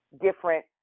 different